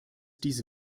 dies